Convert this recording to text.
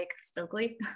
stokely